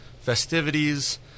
festivities